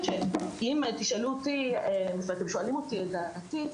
שאם תשאלו אותי ואתם שואלים אותי לדעתי,